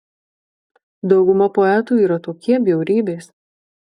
dauguma poetų yra tokie bjaurybės